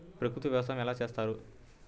ప్రకృతి వ్యవసాయం ఎలా చేస్తారు?